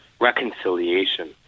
reconciliation